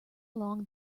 along